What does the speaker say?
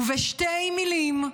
ובשתי מילים: